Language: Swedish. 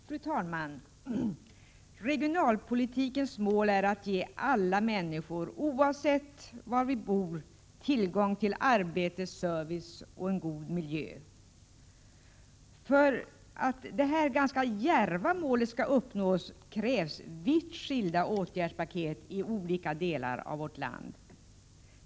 Fru talman! Regionalpolitikens mål är att ge alla människor, oavsett var de bor, tillgång till arbete, service och en god miljö. För att detta ganska djärva mål skall kunna uppnås krävs vitt skilda åtgärdspaket i olika delar av vårt land.